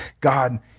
God